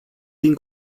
din